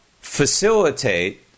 facilitate